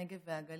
הנגב והגליל,